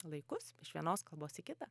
laikus iš vienos kalbos į kitą